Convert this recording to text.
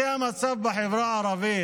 זה המצב בחברה הערבית.